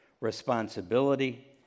responsibility